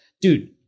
dude